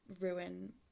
ruin